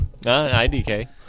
IDK